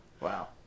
Wow